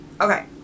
Okay